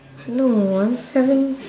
no one seven